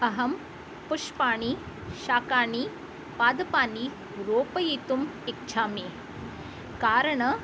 अहं पुष्पाणि शाकानि पादपानि आरोपयितुम् इच्छामि कारणं